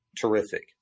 terrific